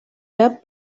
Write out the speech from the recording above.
web